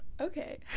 okay